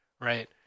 Right